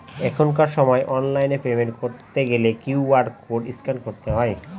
এখনকার সময় online payment করতে গেলে কিউ.আর কোড স্ক্যান করতে হয়